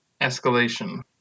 escalation